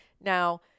Now